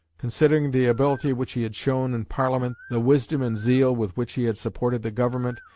considering the ability which he had shown in parliament, the wisdom and zeal with which he had supported the government,